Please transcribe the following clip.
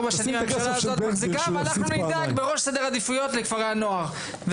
4 שנים הממשלה הזאת מחזיקה ואנחנו נדאג בראש סדר העדיפויות לכפרי הנוער.